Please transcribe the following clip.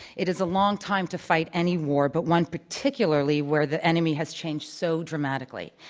it is a long time to fight any war but one particularly where the enemy has changed so dramatically.